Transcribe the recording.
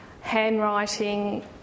handwriting